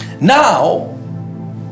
Now